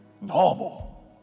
normal